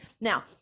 now